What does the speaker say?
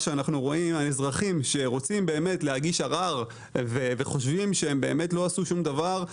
אזרחים שרוצים להגיש ערר וחושבים שהם לא עשו שום דבר,